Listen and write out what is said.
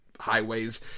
highways